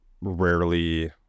rarely